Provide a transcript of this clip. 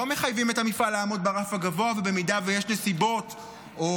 לא מחייבים את המפעל לעמוד ברף הגבוה ובמידה שיש נסיבות או